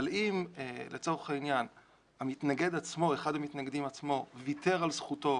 אבל אם לצורך העניין אחד המתנגדים עצמם ויתר על זכותו